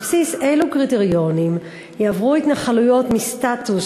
על בסיס אילו קריטריונים יעברו התנחלויות מסטטוס